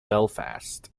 belfast